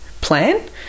plan